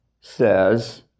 says